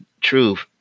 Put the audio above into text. truth